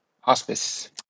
hospice